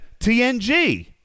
TNG